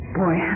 boy